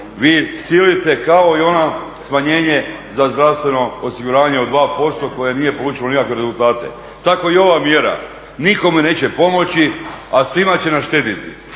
vi silite kao i ono smanjenje za zdravstveno osiguranje od 2% koje nije polučilo nikakve rezultate. Tako i ova mjera nikome neće pomoći, a svima će naštetiti